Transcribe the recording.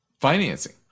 financing